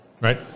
right